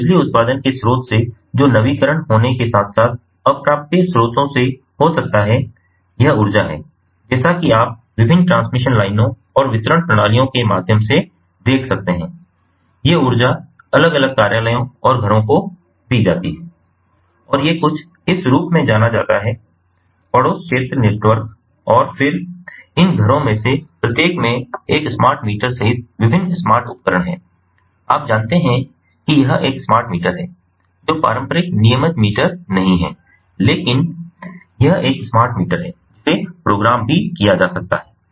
और बिजली उत्पादन के स्रोत से जो नवीकरणीय होने के साथ साथ अप्राप्य स्रोतों से हो सकता है यह ऊर्जा है जैसा कि आप विभिन्न ट्रांसमिशन लाइनों और वितरण प्रणालियों के माध्यम से देख सकते हैं ये ऊर्जा अलग अलग कार्यालयों और घरों को दिया जाता है और ये कुछ इस रूप में जाना जाता है पड़ोस क्षेत्र नेटवर्क और फिर इन घरों में से प्रत्येक में एक स्मार्ट मीटर सहित विभिन्न स्मार्ट उपकरण हैं आप जानते हैं कि यह एक स्मार्ट मीटर है जो पारंपरिक नियमित मीटर नहीं है लेकिन यह एक स्मार्ट मीटर है जिसे प्रोग्राम भी किया जा सकता है